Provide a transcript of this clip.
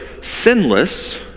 sinless